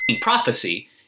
prophecy